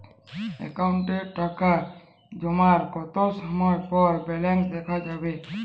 অ্যাকাউন্টে টাকা জমার কতো সময় পর ব্যালেন্স দেখা যাবে?